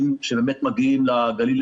שאנחנו עומדים עליו.